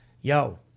Yo